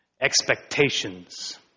expectations